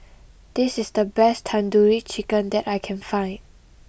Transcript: this is the best Tandoori Chicken that I can find